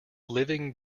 living